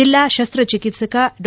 ಜಿಲ್ಲಾ ಶಸ್ತಚಿಕಿತ್ಸಕ ಡಾ